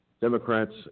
Democrats